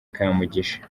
kamugisha